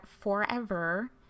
forever